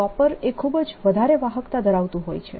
આ કોપર એ ખૂબ જ વધારે વાહકતા ધરાવતું હોય છે